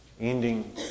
ending